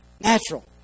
Natural